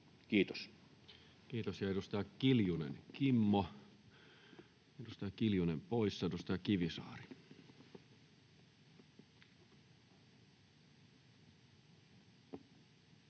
Kiitos. — Ja edustaja Kimmo Kiljunen, edustaja Kiljunen poissa. — Edustaja Kivisaari.